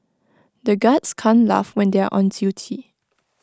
the guards can't laugh when they are on duty